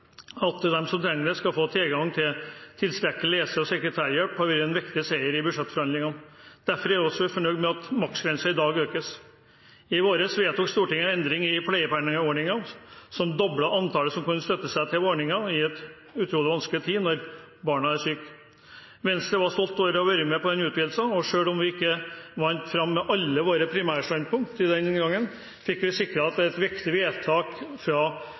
At de som trenger det, skal få tilgang til tilstrekkelig lese- og sekretærhjelp, har vært en viktig seier i budsjettforhandlingene. Derfor er vi også fornøyd med at maksgrensen i dag økes. I vår vedtok Stortinget en endring i pleiepengeordningen som doblet antallet som kunne støtte seg til ordningen i en utrolig vanskelig tid, når barna er syke. Venstre er stolt over å ha vært med på den utvidelsen, og selv om vi ikke vant fram med alle våre primærstandpunkt den gangen, fikk vi sikret et viktig unntak fra